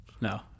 No